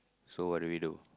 so what do we do